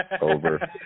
Over